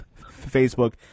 Facebook